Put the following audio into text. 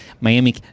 Miami